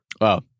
Wow